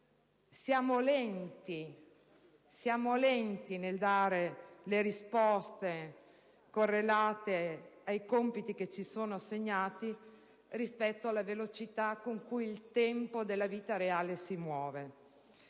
siamo lenti nel dare le risposte correlate ai compiti che ci sono assegnati rispetto alla velocità con la quale si muove la vita reale.